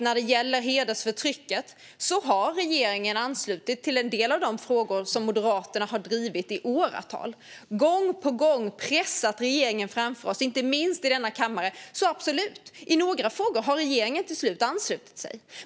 När det gäller hedersförtrycket har regeringen anslutit till en del av de frågor som Moderaterna har drivit i åratal. Gång på gång har vi pressat regeringen framåt, inte minst här i kammaren. Jo, absolut, i några frågor har regeringen till slut anslutit sig.